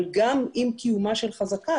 אבל ם עם קיומה של חזקה,